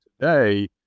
today